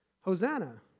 Hosanna